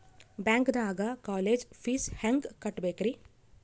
ಬ್ಯಾಂಕ್ದಾಗ college fees ಹೆಂಗ್ ಕಟ್ಟ್ಬೇಕ್ರಿ?